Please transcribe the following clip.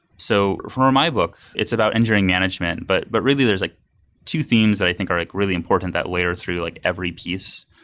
so, for my book, it's about engineering management, but but really there's like two themes that i think are like really important that layer through like every piece.